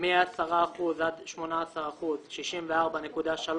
מ-10% עד 18% 64.3%,